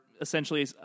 essentially